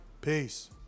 Peace